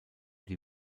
die